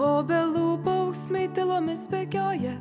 obelų paunksmėj tylomis bėgioja